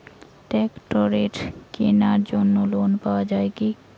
ট্রাক্টরের কেনার জন্য লোন পাওয়া যায় কি?